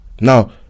Now